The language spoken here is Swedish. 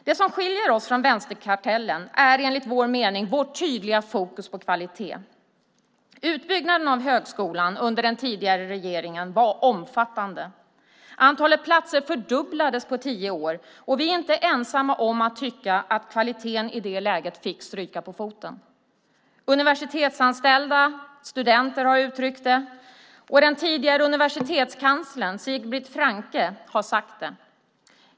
Det som skiljer oss från vänsterkartellen är enligt vår mening vårt tydliga fokus på kvalitet. Utbyggnaden av högskolan under den tidigare regeringen var omfattande. Antalet platser fördubblades på tio år, och vi är inte ensamma om att tycka att kvaliteten i det läget fick stryka på foten. Universitetsanställda och studenter har uttryckt det, och den tidigare universitetskanslern, Sigbrit Franke, har sagt det.